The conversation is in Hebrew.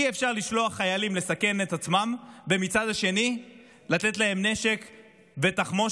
אי-אפשר לשלוח חיילים לסכן את עצמם ומצד שני לתת נשק ותחמושת,